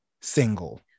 single